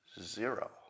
zero